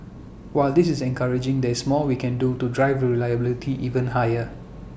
while this is encouraging there is more we can do to drive reliability even higher